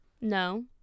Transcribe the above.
no